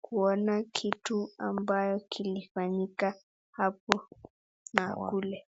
kuona kitu ambayo kilifanyika hapo na kule.